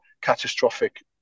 catastrophic